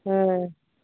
ᱦᱮᱸ ᱦᱮᱸ